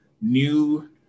new